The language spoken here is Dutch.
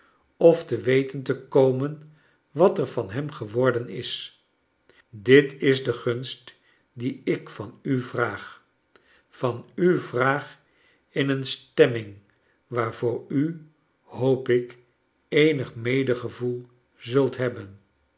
of te weten te komen wat er van hem geworden is dit is de gunst die ik van u vraag van u vraag in een stemming waarvoor u hoop ik eenig medegevoel zult hebben